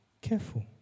careful